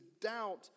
doubt